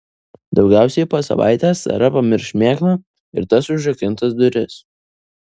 daugiausiai po savaitės sara pamirš šmėklą ir tas užrakintas duris